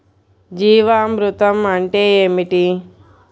జీవామృతం అంటే ఏమిటి?